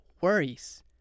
worries